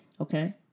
Okay